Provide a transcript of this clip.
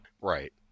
Right